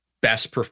best